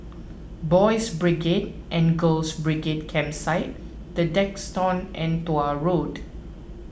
Boys' Brigade and Girls' Brigade Campsite the Duxton and Tuah Road